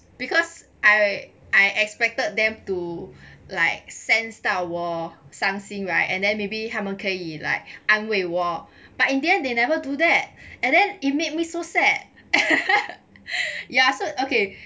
because I I expected them to like sense 到我伤心 right and then maybe 他们可以 like 安慰我 but in the end they never do that and then it made me so sad ya so okay